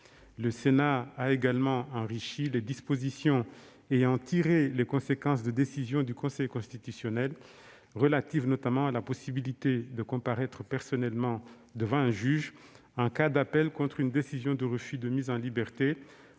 Le Sénat a également enrichi les dispositions ayant tiré les conséquences de décisions du Conseil constitutionnel, relatives notamment à la possibilité de comparaître personnellement devant un juge en cas d'appel contre une décision de refus de mise en liberté